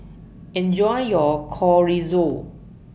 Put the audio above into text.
Enjoy your Chorizo